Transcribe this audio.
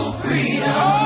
freedom